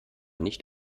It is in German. nicht